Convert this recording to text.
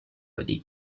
league